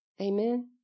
Amen